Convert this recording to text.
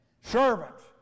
Servants